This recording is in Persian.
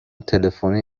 تلفنی